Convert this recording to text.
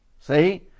See